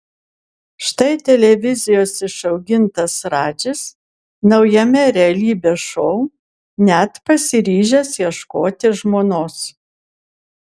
štai televizijos išaugintas radžis naujame realybės šou net pasiryžęs ieškoti žmonos